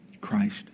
Christ